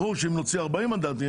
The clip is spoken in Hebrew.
ברור שאם נוציא 40 מנדטים,